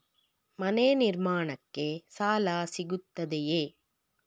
ಮನೆ ನಿರ್ಮಾಣಕ್ಕೆ ಸಾಲ ಸಿಗುತ್ತದೆಯೇ?